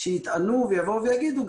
שיטענו ויבואו ויגידו,